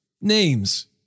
names